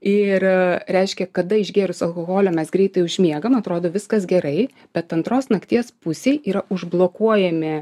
ir a reiškia kada išgėrus alkoholio mes greitai užmiegam atrodo viskas gerai bet antros nakties pusėj yra užblokuojami